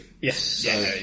Yes